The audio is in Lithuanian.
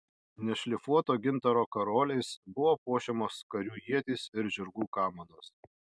nešlifuoto gintaro karoliais buvo puošiamos karių ietys ir žirgų kamanos